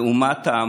/ ואומה תעמוד,